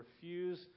refuse